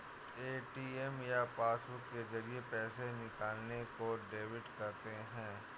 ATM या passbook के जरिये पैसे निकालने को डेबिट कहते हैं